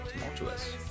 tumultuous